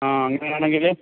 ആ അങ്ങനയാണെങ്കിൽ